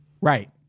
Right